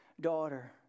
daughter